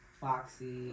Foxy